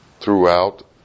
throughout